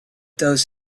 those